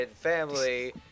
family